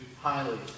highly